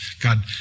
God